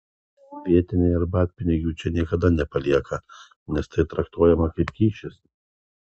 vietiniai arbatpinigių čia niekada nepalieka nes tai traktuojama kaip kyšis